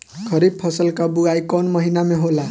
खरीफ फसल क बुवाई कौन महीना में होला?